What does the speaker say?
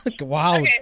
Wow